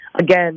again